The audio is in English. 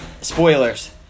Spoilers